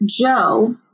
Joe